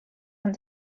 want